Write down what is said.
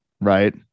Right